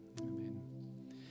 Amen